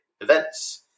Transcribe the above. events